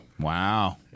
Wow